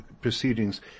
proceedings